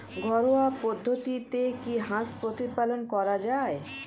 ঘরোয়া পদ্ধতিতে কি হাঁস প্রতিপালন করা যায়?